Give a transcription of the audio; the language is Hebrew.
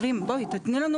יש עשרות אם לא